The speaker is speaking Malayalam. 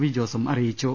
വി ജോസും അറിയിച്ചു